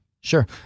Sure